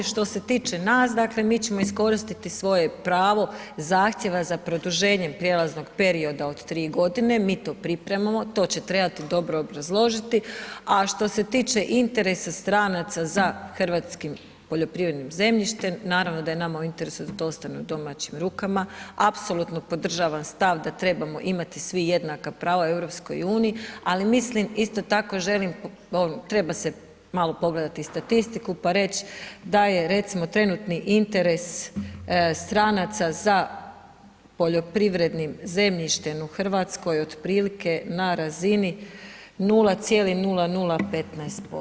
Što se tiče nas, dakle, mi ćemo iskoristiti svoje pravo zahtjeva za produženjem prijelaznog perioda od 3.g., mi to pripremamo, to će trebati dobro obrazložiti, a što se tiče interesa stranaca za hrvatskim poljoprivrednim zemljištem, naravno da je nama u interesu da to ostane u domaćim rukama, apsolutno podržavam stav da trebamo imati svi jednaka prava u EU, ali mislim, isto tako želim, treba se malo pogledati i statistiku, pa reć da je recimo trenutni interes stranaca za poljoprivrednim zemljištem u RH otprilike na razini 0,0015%